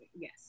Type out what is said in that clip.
Yes